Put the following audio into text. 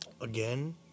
again